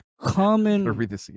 common